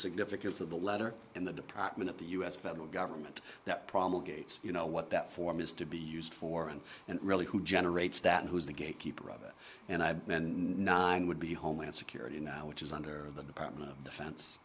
significance of the letter in the department of the u s federal government that promulgated you know what that form is to be used for and and really who generates that who is the gatekeeper of it and i ben nine would be homeland security now which is under the department of defense